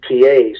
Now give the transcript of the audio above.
PAs